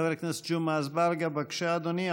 חבר הכנסת ג'מעה אזברגה, בבקשה, אדוני.